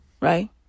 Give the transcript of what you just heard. right